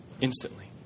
instantly